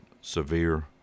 severe